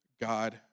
God